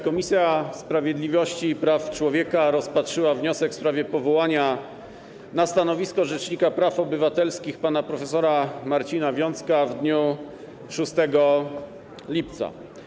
Komisja Sprawiedliwości i Praw Człowieka rozpatrzyła wniosek w sprawie powołania na stanowisko rzecznika praw obywatelskich pana prof. Marcina Wiącka w dniu 6 lipca.